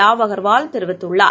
wow அகள்வால் தெரிவித்துள்ளார்